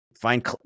find